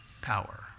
power